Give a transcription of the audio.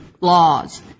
laws